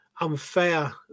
unfair